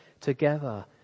together